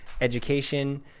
education